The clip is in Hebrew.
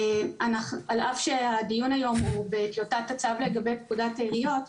על אף שהדיון היום הוא בטיוטת הצו לגבי פקודת העיריות,